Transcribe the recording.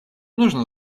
нужно